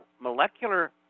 molecular